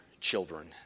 children